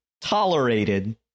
tolerated